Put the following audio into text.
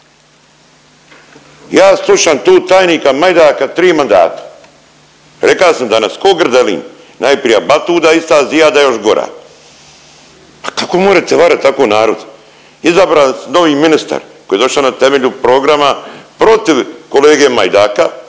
Ja slušam tu tajnika Majdaka tri mandata, reka sam danas ko grdelin, najprija …/Govornik se ne razumije./…još gora, pa kako morete varat tako narod? Izabrali s…, novi ministar koji je došao na temelju programa protiv kolege Majdaka,